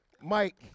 Mike